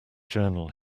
journal